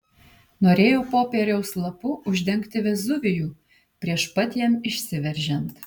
norėjo popieriaus lapu uždengti vezuvijų prieš pat jam išsiveržiant